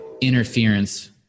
interference